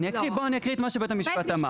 בואו אני אקריא את מה שבית המשפט אמר.